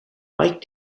mike